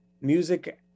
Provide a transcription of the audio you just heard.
music